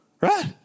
Right